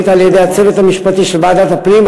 על-ידי הצוות המשפטי של ועדת הפנים.